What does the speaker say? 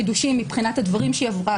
חידושים מבחינת הדברים שעברה,